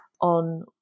on